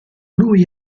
lui